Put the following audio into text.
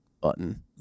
button